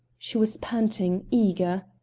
she was panting, eager.